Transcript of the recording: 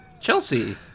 Chelsea